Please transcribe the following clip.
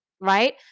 Right